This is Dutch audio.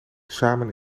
samen